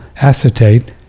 acetate